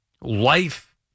life